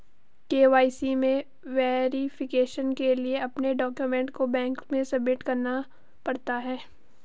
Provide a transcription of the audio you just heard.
KYC में verification के लिए अपने डाक्यूमेंट को बैंक में सबमिट करना पड़ता है